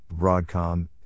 Broadcom